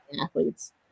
athletes